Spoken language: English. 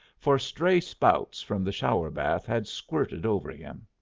for stray spouts from the shower-bath had squirted over him.